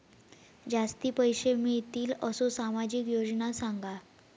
जास्ती पैशे मिळतील असो सामाजिक योजना सांगा?